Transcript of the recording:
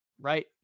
right